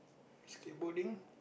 skateboarding